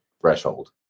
threshold